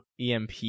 EMP